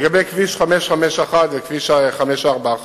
2. לגבי כביש 551 וכביש 541,